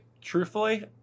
truthfully